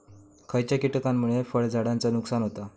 खयच्या किटकांमुळे फळझाडांचा नुकसान होता?